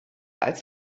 als